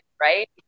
right